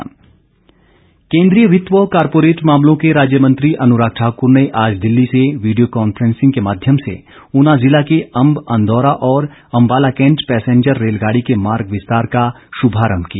अनुराग ठाकुर केन्द्रीय वित्त व कॉर्पोरेट मामलों के राज्य मंत्री अनुराग ठाक्र ने आज दिल्ली से वीडियो कॉफ्रेंसिंग के माध्यम से ऊना जिला के अंब अंदौरा और अंबाला कैंट पैसेन्जर रेलगाड़ी के मार्ग विस्तार का शुभारंभ किया